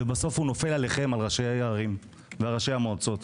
ובסוף הוא נופל עליכם ראשי הערים וראשי המועצות,